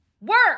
work